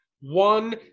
one